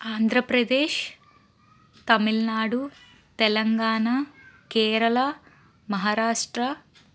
Andhra Pradesh Tamil Nadu Telangana Kerala Maharashtra